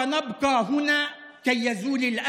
(אומר בערבית: נישאר כאן כדי שהכאב ייעלם.